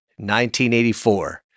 1984